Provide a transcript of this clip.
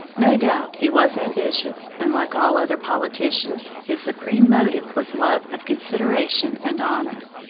no doubt he was ambitious, and, like all other politicians, his supreme motive was love of consideration and honor.